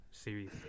Series